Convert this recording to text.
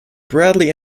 bradley